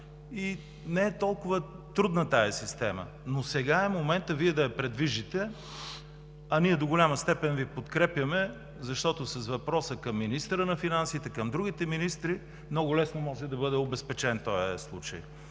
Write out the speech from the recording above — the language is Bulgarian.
не е толкова трудна, но сега е моментът Вие да я придвижите, а ние до голяма степен Ви подкрепяме, защото с въпрос към министъра на финансите, към другите министри много лесно може да бъде обезпечен този случай.